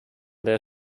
their